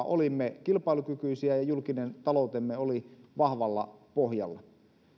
olimme kilpailukykyisiä ja julkinen taloutemme oli vahvalla pohjalla